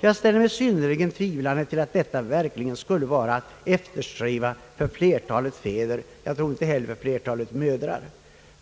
Jag ställer mig synnerligen tvivlande till att detta verkligen skulle vara att eftersträva för flertalet fäder, och jag tror inte heller för flertalet mödrar.